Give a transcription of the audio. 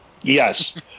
yes